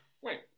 Wait